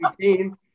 team